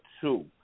two